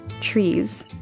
trees